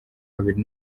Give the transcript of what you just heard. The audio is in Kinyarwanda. babiri